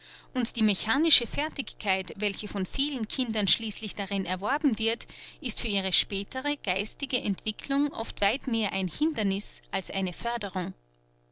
und die mechanische fertigkeit welche von vielen kindern schließlich darin erworben wird ist für ihre spätere geistige entwicklung oft weit mehr ein hinderniß als eine förderung